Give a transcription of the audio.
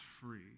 free